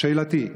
שאלתי,